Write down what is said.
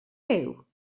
byw